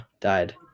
died